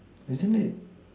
isn't it